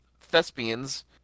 Thespians